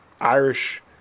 Irish